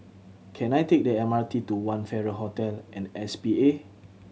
can I take the M R T to One Farrer Hotel and S P A